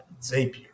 Zapier